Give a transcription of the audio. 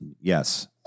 yes